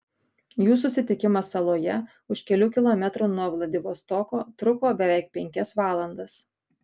jų susitikimas saloje už kelių kilometrų nuo vladivostoko truko beveik penkias valandas